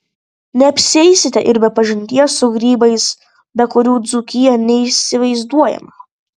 neapsieisite ir be pažinties su grybais be kurių dzūkija neįsivaizduojama